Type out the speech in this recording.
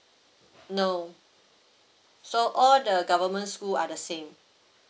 no so all the government's school are the same